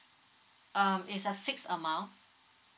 um it's a fixed amount